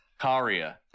Karia